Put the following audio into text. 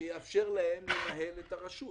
שיאפשר להם לנהל את הרשות.